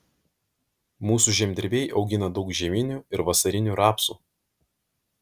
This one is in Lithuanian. mūsų žemdirbiai augina daug žieminių ir vasarinių rapsų